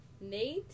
Nate